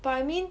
but I mean